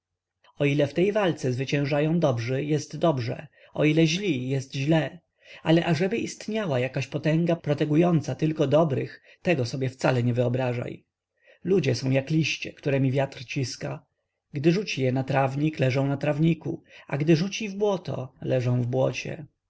o ile w tej walce zwyciężają dobrzy jest dobrze o ile źli jest źle ale ażeby istniała jakaś potęga protegująca tylko dobrych tego sobie wcale nie wyobrażaj ludzie są jak liście któremi wiatr ciska gdy rzuci je na trawnik leżą na trawniku a gdy rzuci w błoto leżą w błocie